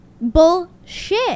Bullshit